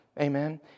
Amen